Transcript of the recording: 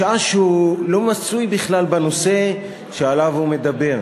בשעה שהוא לא מצוי בכלל בנושא שעליו הוא מדבר.